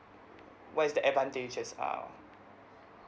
what is the advantages are